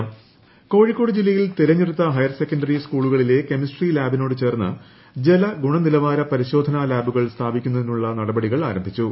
ജല ഗുണനിലവാര ്ലാബ് കോഴിക്കോട് ജില്ലയിൽ തെരഞ്ഞെടുത്ത ഹയർസെക്കൻഡറി സ്കൂളുകളിലെ കെമിസ്ട്രി ലാബിനോട് ചേർന്ന് ജലഗുണ നിലവാര പരിശോധന ലാബുകൾ സ്ഥാപിക്കുന്നതിനുള്ള നടപടികൾ ആരംഭിച്ചു